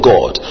God